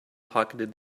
pocketed